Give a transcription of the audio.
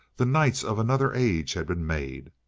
the knights of another age had been made.